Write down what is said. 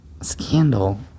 scandal